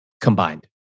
combined